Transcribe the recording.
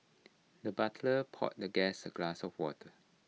the butler poured the guest A glass of water